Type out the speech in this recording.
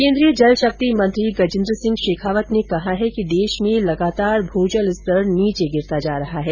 केन्द्रीय जल शक्ति मंत्री गजेन्द्र सिंह शेखावत ने कहा है कि देश में लगातार भू जल स्तर निचे गिरता जा रहा है